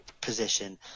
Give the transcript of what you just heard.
position